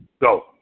Go